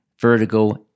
vertigo